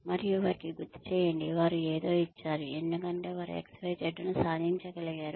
మరియు వారికి గుర్తు చేయ్యండి వారు ఏదో ఇచ్చారు ఎందుకంటే వారు XYZ ను సాధించగలిగారు